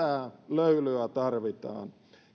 löylyä tarvitaan